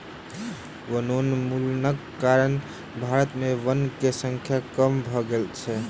वनोन्मूलनक कारण भारत में वनक संख्या कम भ गेल अछि